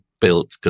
built